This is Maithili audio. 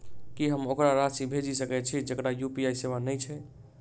की हम ओकरा राशि भेजि सकै छी जकरा यु.पी.आई सेवा नै छै?